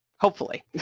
hopefully,